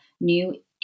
new